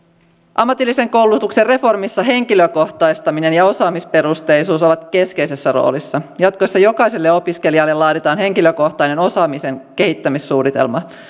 ammatillisen koulutuksen reformissa henkilökohtaistaminen ja osaamisperusteisuus ovat keskeisessä roolissa jatkossa jokaiselle opiskelijalle laaditaan henkilökohtainen osaamisen kehittämissuunnitelma